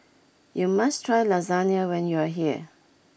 you must try Lasagna when you are here